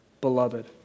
beloved